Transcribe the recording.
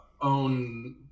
own